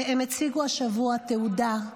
הם הציגו השבוע תעודה,